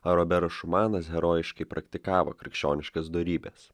ar roberas šumanas herojiškai praktikavo krikščioniškas dorybes